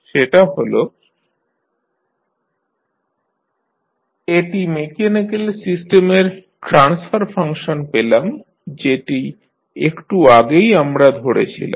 সেটা হল এটি মেকানিক্যাল সিস্টেমের ট্রান্সফার ফাংশন পেলাম যেটি একটু আগেই আমরা ধরেছিলাম